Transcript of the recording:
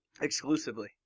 exclusively